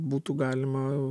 būtų galima